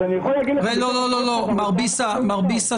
אז אני יכול להגיד לך ש --- לא, מר בסה, סליחה.